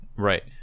Right